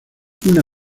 una